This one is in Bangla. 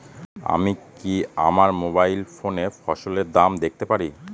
আমি কি আমার মোবাইল ফোনে ফসলের দাম দেখতে পারি?